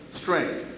strength